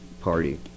party